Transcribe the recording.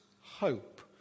hope